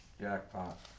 Jackpot